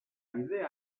idea